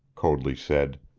coadley said.